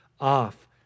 off